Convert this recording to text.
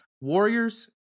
Warriors